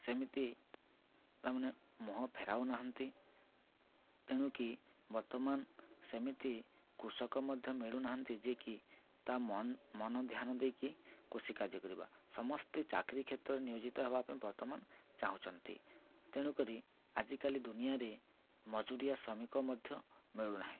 ସେମିତି ତାମାନେ ମୁହଁ ଫେରାଉନାହାନ୍ତି ତେଣୁକି ବର୍ତ୍ତମାନ ସେମିତି କୃଷକ ମଧ୍ୟ ମିଳୁନାହାନ୍ତି ଯିଏକି ତା ମନ ଧ୍ୟାନ ଦେଇକି କୃଷି କାର୍ଯ୍ୟ କରିବା ସମସ୍ତେ ଚାକିରି କ୍ଷେତ୍ରରେ ନିୟୋଜିତ ହେବା ପାଇଁ ବର୍ତ୍ତମାନ ଚାହୁଁଛନ୍ତି ତେଣୁକରି ଆଜିକାଲି ଦୁନିଆରେ ମଜୁରିଆ ଶ୍ରମିକ ମଧ୍ୟ ମିଳୁନାହିଁ